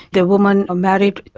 the woman um married,